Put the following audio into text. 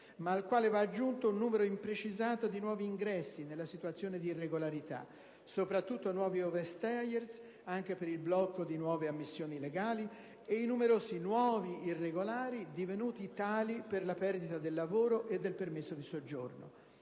ma alla quale va aggiunto un numero imprecisato di nuovi ingressi nella situazione di irregolarità (soprattutto nuovi *overstayers*, anche per il blocco di nuove ammissioni legali) e i numerosi "nuovi" irregolari, divenuti tali per la perdita del lavoro e del permesso di soggiorno.